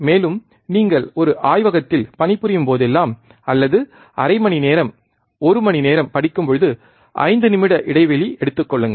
மேலும் நீங்கள் ஒரு ஆய்வகத்தில் பணிபுரியும் போதெல்லாம் அல்லது அரை மணி நேரம் ஒரு மணி நேரம் படிக்கும்போது 5 நிமிட இடைவெளி எடுத்துக் கொள்ளுங்கள்